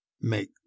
make